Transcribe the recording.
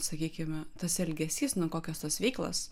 sakykime tas elgesys kokios tos veiklos